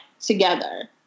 together